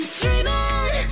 dreaming